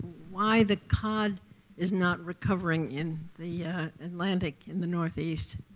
why the cod is not recovering in the atlantic, in the northeast?